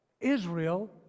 Israel